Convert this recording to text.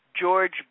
George